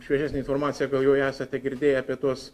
šviežesnė informacija gal jau esate girdėję apie tuos